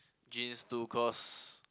genes to cause